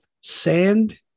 Sand